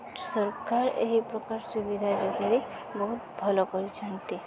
ସରକାର ଏହି ପ୍ରକାର ସୁବିଧା ଯୋଗାଇ ବହୁତ ଭଲ କରିଛନ୍ତି